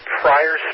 prior